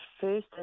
first